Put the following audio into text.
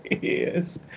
yes